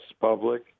public